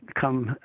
come